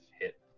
hit